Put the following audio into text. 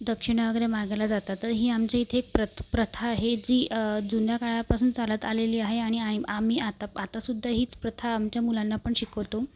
दक्षिणा वगैरे मागायला जातात तर ही आमच्या इथे एक प्रथ प्रथा आहे जी जुन्या काळापासून चालत आलेली आहे आणि आम्ही आता आतासुद्धा हीच प्रथा आमच्या मुलांना पण शिकवतो